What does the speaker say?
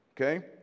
okay